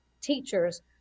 teachers